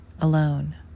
alone